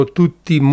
tutti